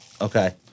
Okay